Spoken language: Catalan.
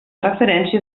referència